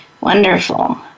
Wonderful